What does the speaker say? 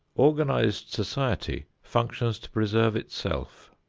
organized society functions to preserve itself,